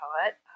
poet